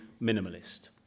minimalist